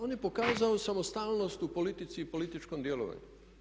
On je pokazao samostalnost u politici i političkom djelovanju.